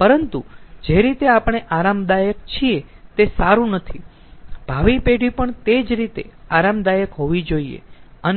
પરંતુ જે રીતે આપણે આરામદાયક છીએ તે સારું નથી ભાવિ પેઢી પણ તે જ રીતે આરામદાયક હોવી જોઈયે